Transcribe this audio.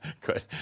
Good